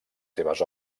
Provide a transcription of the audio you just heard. seves